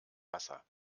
wasser